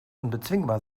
unbezwingbar